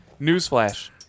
Newsflash